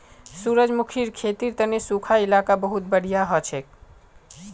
सूरजमुखीर खेतीर तने सुखा इलाका बहुत बढ़िया हछेक